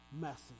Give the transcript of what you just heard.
message